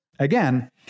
Again